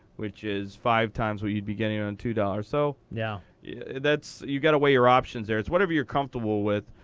which is five times what you'd be getting on two dollars. so yeah you've got to weigh your options there. it's whatever you're comfortable with.